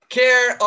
care